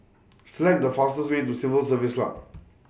Select The fastest Way to Civil Service Lamb